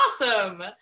awesome